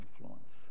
influence